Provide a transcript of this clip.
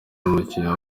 n’umukinnyi